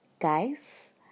guys